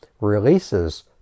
releases